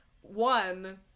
one